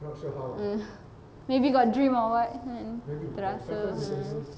mm maybe got dream or what terasa